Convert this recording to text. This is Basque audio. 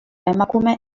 emakume